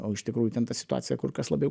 o iš tikrųjų ten ta situacija kur kas labiau